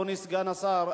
אדוני השר,